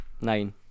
Nine